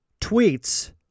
tweets